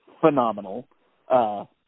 phenomenal